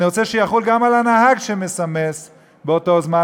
יחול גם על הנהג שמסמס באותו זמן.